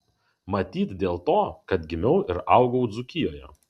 matyt dėl to kad gimiau ir augau dzūkijoje